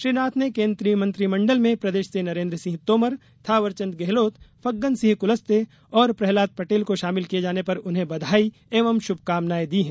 श्री नाथ ने केन्द्रीय मंत्रिमंडल में प्रदेश से नरेन्द्र सिंह तोमर थावरचंद गहलोत फग्गन सिंह कुलस्ते और प्रहलाद पटेल को शामिल किये जाने पर उन्हें बधाई एवं शुभकामनाएँ दी हैं